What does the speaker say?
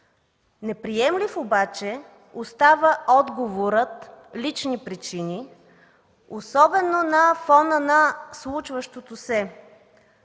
Неприемлив обаче остава отговорът „лични причини”, особено на фона на случващото се.